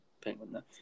Penguin